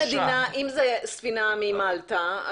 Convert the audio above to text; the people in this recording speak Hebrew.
אם זה ספינה ממלטה,